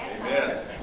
Amen